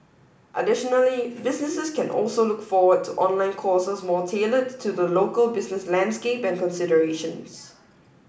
additionally businesses can also look forward to online courses more tailored to the local business landscape and considerations